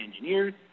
engineers